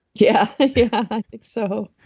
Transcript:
yeah. yeah. i think so.